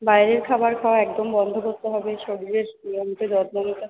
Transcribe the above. বাইরের খাবার খাওয়া একদম বন্ধ করতে হবে শরীরের নিয়মিত যত্ন নিতে হবে